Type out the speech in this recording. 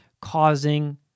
causing